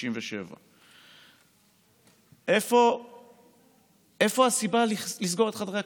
657. מה הסיבה לסגור את חדרי הכושר?